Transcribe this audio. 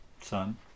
son